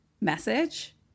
message